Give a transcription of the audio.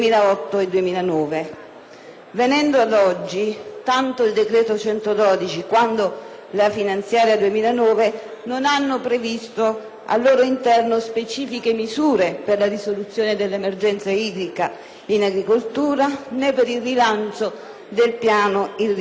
Venendo ad oggi, tanto il decreto n. 112 quanto la finanziaria 2009 non hanno previsto al loro interno specifiche misure per la risoluzione dell'emergenza idrica in agricoltura, né per il rilancio del piano irriguo nazionale.